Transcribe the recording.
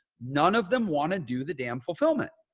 none of them want to do the damn fulfillment.